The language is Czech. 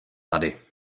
tady